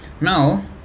Now